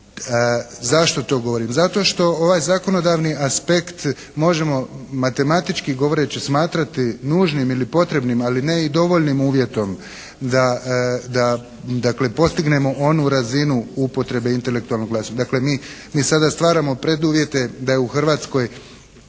Zašto to govorim? Zato što ovaj zakonodavni aspekt možemo matematički govoreći, smatrati nužnim ili potrebnim, ali ne i dovoljnim uvjetom da dakle postignemo onu razinu upotrebe intelektualnog vlasništva. Dakle mi sada stvaramo preduvjete da je u Hrvatskoj